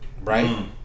Right